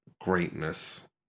greatness